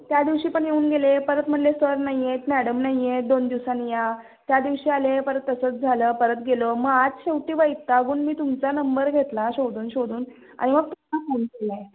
त्या दिवशी पण येऊन गेले परत म्हणले सर नाही आहेत मॅडम नाही आहेत दोन दिवसांनी या त्या दिवशी आले परत तसंच झालं परत गेलं मग आज शेवटी वैतागून मी तुमचा नंबर घेतला शोधून शोधून आणि मग तुम्हाला फोन केला आहे